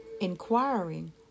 Inquiring